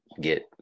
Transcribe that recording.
get